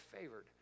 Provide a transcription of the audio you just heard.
favored